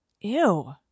Ew